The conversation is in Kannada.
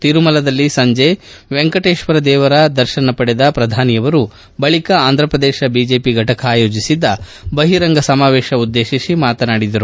ತಿರುಮಲದಲ್ಲಿ ಸಂಜೆ ವೆಂಕಟೇಶ್ರ ದೇವರ ದರ್ಶನ ಪಡೆದ ಪ್ಪಧಾನಿಯವರು ಬಳಿಕ ಆಂಧ್ರಪ್ರದೇಶ ಬಿಜೆಪಿ ಘಟಕ ಅಯೋಜಿಸಿದ್ಗ ಬಹಿರಂಗ ಸಮಾವೇಶ ಉದ್ಗೇಶಿಸಿ ಮಾತನಾಡಿದರು